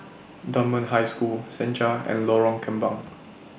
Dunman High School Senja and Lorong Kembang